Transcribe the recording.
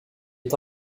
est